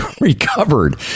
recovered